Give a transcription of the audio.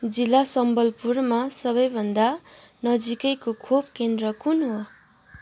जिल्ला सम्बलपुरमा सबैभन्दा नजिकैको खोप केन्द्र कुन हो